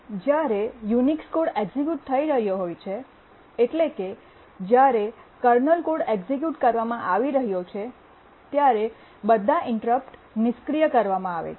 જ્યારે Unix code execute થઈ રહ્યો છે એટલે કે જ્યારે કર્નલ કોડ એક્ઝેક્યુટ કરવામાં આવી રહ્યો છે ત્યારે બધા ઇન્ટરપ્ટ નિષ્ક્રિય કરવામાં આવે છે